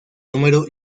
número